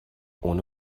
ohne